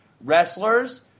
wrestlers